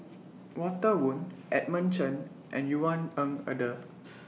Walter Woon Edmund Chen and Yvonne Ng Uhde